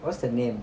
what's the name